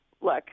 look